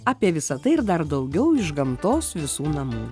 apie visa tai ir dar daugiau iš gamtos visų namų